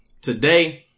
Today